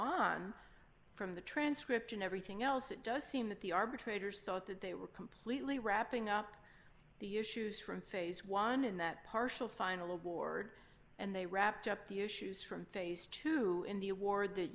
on from the transcript and everything else it does seem that the arbitrators thought that they were completely wrapping up the issues from phase one and that partial final board and they wrapped up the issues from phase two in the war that